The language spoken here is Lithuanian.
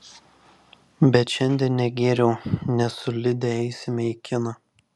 bet šiandien negėriau nes su lide eisime į kiną